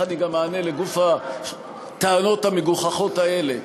אני גם אענה לגוף הטענות המגוחכות האלו.